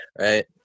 right